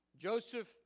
Joseph